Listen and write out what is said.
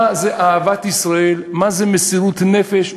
אלא, מה זה אהבת ישראל, מה זה מסירות נפש.